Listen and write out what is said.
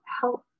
help